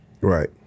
Right